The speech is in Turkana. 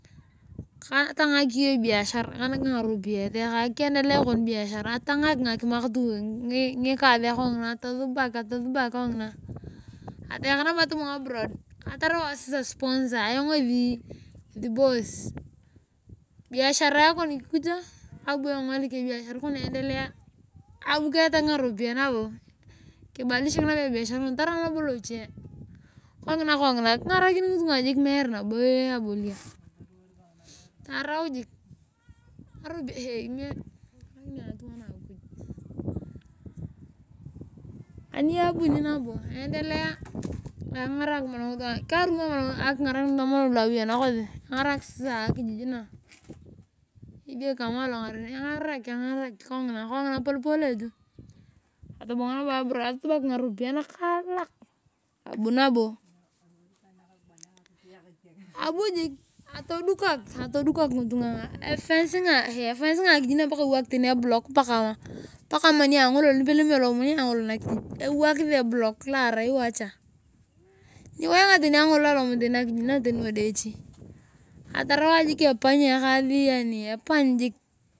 Katangak iyong ebiashar kainak ka ngaropiyae tayaka kiendeleshea atangak ngakimak ngikaasia atosubak kongina atayaka nabo atayaka abroad atoliwor sasa ayong sponsor kabu ayong engolik ebiashar kona iendelearit alou keyatak ngaropiyae nabo kibadileshak tarau nabo loche kongina kingarakin ngituna meere nabo abolia tarau jiik ngaropiyae ani abuni nabo eendelea engarak nabo ngitunga karumoo ayong akengarakin ngitunga lu awi aanakosi engarak sasa akejij na esiek kamaa alongareen kongina polepole tu atobongo nabo abroad atosubak ngaropiyae nakaalak abu nabo atudukok ngitunga efenanga akijij na paka ewaak tani eblock paka ma neangolol nipelem elomunia angololol ewakisi eblock lo arai washa niwainga angolol alomun nakujij ngina tani odiochichi ataram ayong jik epanyi ekaas epany jiik.